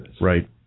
Right